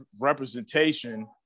representation